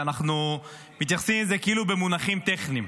שאנחנו מתייחסים לזה כאילו במונחים טכניים?